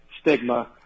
stigma